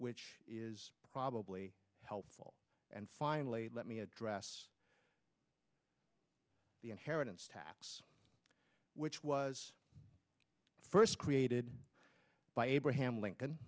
which is probably helpful and finally let me address the inheritance tax which was first created by abraham lincoln